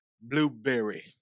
Blueberry